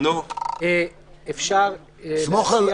אפשר להציע